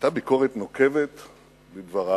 היתה ביקורת נוקבת בדבריו.